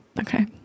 Okay